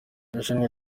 irushanwa